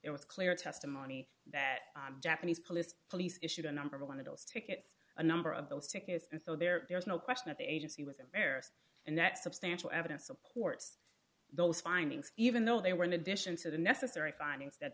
it was clear testimony that japanese police police issued a number of one of those tickets a number of those tickets and so there is no question that the agency with embarrassed and that substantial evidence supports those findings even though they were in addition to the necessary findings that